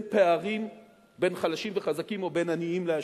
פערים בין חלשים וחזקים או בין עניים לעשירים,